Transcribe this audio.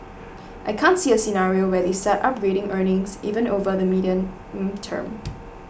I can't see a scenario where they start upgrading earnings even over the medium term